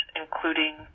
including